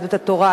יהדות התורה,